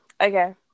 Okay